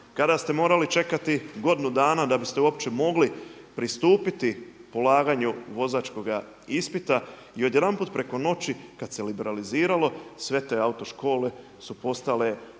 kada ste morali čekati godinu dana da biste uopće mogli pristupiti polaganju vozačkoga ispita. I odjedanput preko noći kada se liberaliziralo sve te autoškole su postale dostupne,